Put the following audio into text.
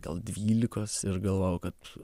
gal dvylikos ir galvojau kad